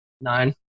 Nine